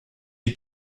est